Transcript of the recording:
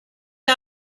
him